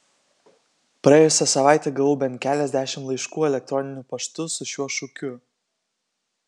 praėjusią savaitę gavau bent keliasdešimt laiškų elektoriniu paštu su šiuo šūkiu